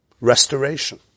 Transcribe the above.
Restoration